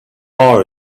are